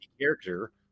character